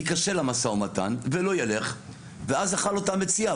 ייכשל המשא ומתן ולא ילך ואז אכל אותה המציע,